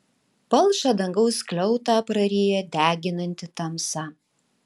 palšą dangaus skliautą praryja deginanti tamsa